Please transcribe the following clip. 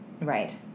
right